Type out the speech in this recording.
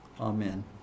Amen